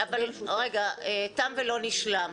תם ולא נשלם.